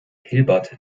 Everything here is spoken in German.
hilbert